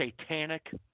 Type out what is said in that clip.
satanic